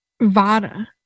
vada